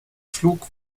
flug